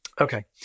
Okay